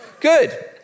Good